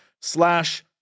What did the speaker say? slash